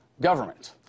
Government